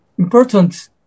Important